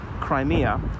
Crimea